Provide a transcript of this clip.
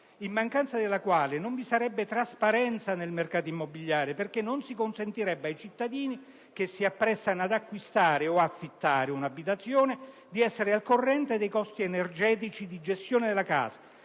in mancanza della quale non vi sarebbe trasparenza nel mercato immobiliare perché non si consentirebbe ai cittadini che si apprestano ad acquistare o affittare un'abitazione, di essere al corrente dei costi energetici di gestione della casa